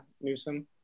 Newsom